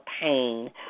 pain